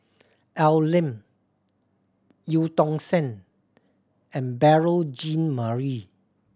Al Lim Eu Tong Sen and Beurel Jean Marie